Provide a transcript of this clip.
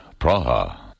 Praha